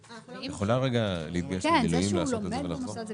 או עקב הוראה על סגירת מוסד חינוך שבו לומד או שוהה הילד,